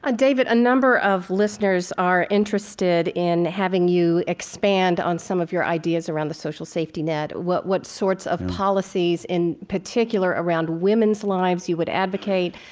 ah david, a number of listeners are interested in having you expand on some of your ideas around the social safety net. what what sorts of policies in particular around women's lives you would advocate.